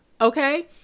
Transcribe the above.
okay